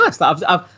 nice